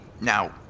Now